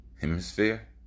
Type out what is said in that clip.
Hemisphere